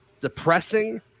depressing